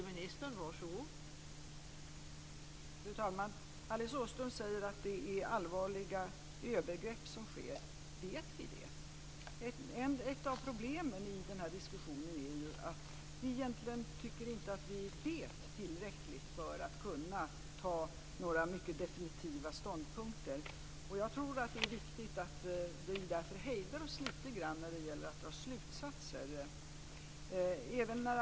Fru talman! Alice Åström säger att allvarliga övergrepp sker. Men vet vi det? Ett av problemen i den här diskussionen är ju att vi egentligen inte tycker att vi vet tillräckligt för att kunna inta mycket definitiva ståndpunkter. Jag tror att det är viktigt att vi hejdar oss lite grann när det gäller att dra slutsatser.